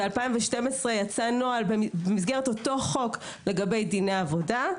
ב-2012 למשל יצא נוהל במסגרת אותו חוק לגבי דיני עבודה.